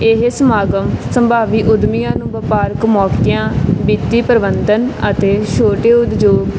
ਇਹ ਸਮਾਗਮ ਸੰਭਾਵੀ ਉੱਦਮੀਆਂ ਨੂੰ ਵਪਾਰਕ ਮੌਕਿਆਂ ਵਿੱਤੀ ਪ੍ਰਬੰਧਨ ਅਤੇ ਛੋਟੇ ਉਦਯੋਗ